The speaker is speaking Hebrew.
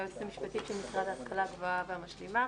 היועצת המשפטית של משרד ההשכלה הגבוהה והמשלימה,